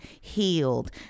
healed